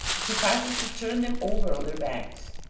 it suffices to turn them over on their backs.